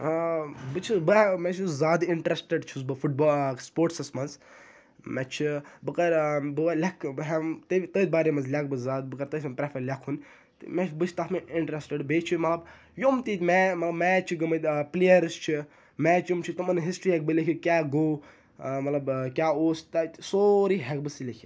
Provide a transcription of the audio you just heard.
بہٕ چھُس بہٕ ہہ مےٚ چھُ زیادٕ اِنٹرٛسٹڈ چھُس بہٕ فُٹ با سپوٹسَس منٛز مےٚ چھُ بہٕ کَرٕ بہٕ لیکھٕ بہٕ ہٮ۪مہٕ تٔتھۍ تٔتھۍ بارے منٛز لیکھٕ بہٕ زیادٕ بہٕ کَرٕ تٔتھۍ منٛز پرٛٮ۪فَر لیکھُن تہٕ مےٚ چھِ بہٕ چھُس تَتھ منٛز اِنٹرٛسٹڈ بیٚیہِ چھُ مطلب یِم تہِ مے میچ چھِ گٔمٕتۍ پٕلیرٕز چھِ میچ یِم چھِ تِمَن ہِنٛز ہِسٹِرٛی ہٮ۪کہٕ بہٕ لیکھِتھ کیٛاہ گوٚو مطلب کیٛاہ اوس تَتہِ سورُے ہٮ۪کہٕ بہٕ سُہ لیٖکھِتھ